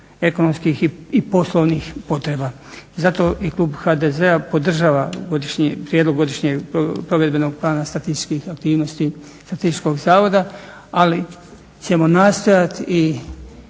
ekonomskih i poslovnih potreba. Zato i klub HDZ-a podržava prijedlog Godišnjeg provedbenog plana statističkih aktivnosti Statističkog zavoda ali ćemo nastojati i